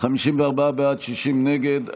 54 בעד, 60 נגד.